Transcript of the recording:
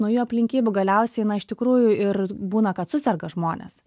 naujų aplinkybių galiausiai na iš tikrųjų ir būna kad suserga žmonės